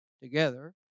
Together